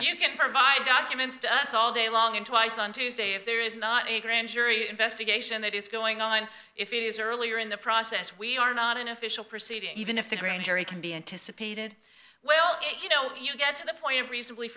you can't provide documents to us all day long and twice on tuesday if there is not a grand jury investigation that is going on if it is earlier in the process we are not an official proceeding even if the grand jury can be anticipated well you know you get to the point of reason